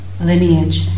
lineage